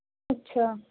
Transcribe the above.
ਅੱਛਾ